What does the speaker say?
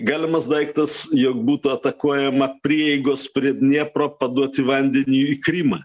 galimas daiktas jog būtų atakuojama prieigos prie dniepro paduoti vandeniui į krymą